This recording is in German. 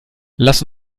lass